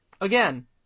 Again